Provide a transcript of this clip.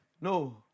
no